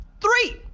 Three